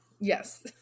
Yes